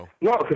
No